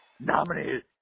nominated